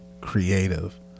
creative